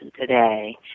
today